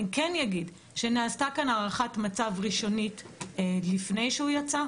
אני כן אגיד שנעשתה כאן הערכת מצב ראשונית לפני שהוא יצא.